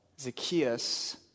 Zacchaeus